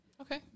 okay